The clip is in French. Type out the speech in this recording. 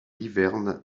hiverne